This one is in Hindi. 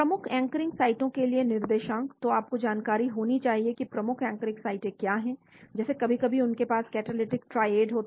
प्रमुख एंकरिंग साइटों के लिए निर्देशांक तो आपको जानकारी होनी चाहिए कि प्रमुख एंकरिंग साइटें क्या हैं जैसे कभी कभी उनके पास कैटालिटिक ट्रायएड होता है